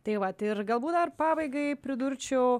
tai vat ir galbūt dar pabaigai pridurčiau